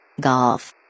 Golf